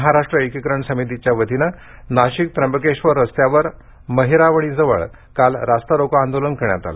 महाराष्ट्र एकीकरण समितीच्या वतीनं नाशिक त्र्यंबकेश्वर रस्त्यावर महिरावणीजवळ काल रास्ता रोको आंदोलन करण्यात आलं